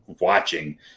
Watching